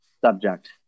subject